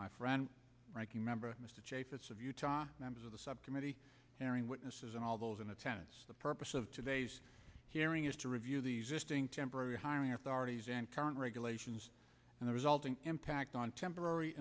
my friend ranking member mr jay fitz of utah members of the subcommittee hearing witnesses and all those in attendance the purpose of today's hearing is to review the existing temporary hiring authorities and current regulations and the resulting impact on temporary